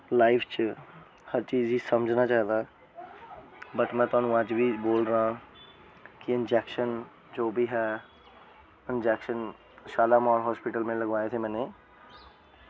life च हर चीज़ गी समझना चाहिदा बट् में थुहानू अज्ज बी बोल रहा कि इंजेक्शन जो बी ऐ इंजेक्शन शालामार हॉस्पिटल दा लगवाये थे मैनें